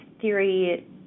theory